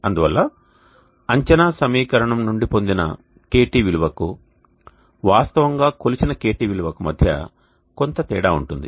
అందువల్ల అంచనా సమీకరణం నుండి పొందిన KT విలువకు వాస్తవముగా కొలిచిన KT విలువకు మధ్య కొంత తేడా ఉంటుంది